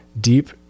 deep